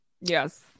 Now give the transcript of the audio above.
yes